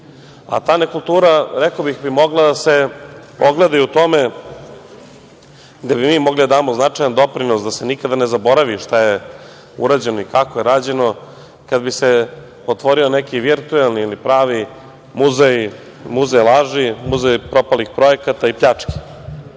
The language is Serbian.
a ta nekultura, rekao bih, mogla bi da se ogleda i u tome, gde bi mi mogli da damo značajan doprinos, da se nikada ne zaboravi šta je urađeno i kako je rađeno, kada bi se otvorio neki virtuelni pravi muzej, muzej laži, muzej propalih projekata i pljački.